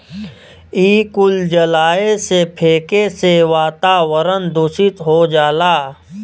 इ कुल जलाए से, फेके से वातावरन दुसित हो जाला